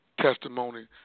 testimony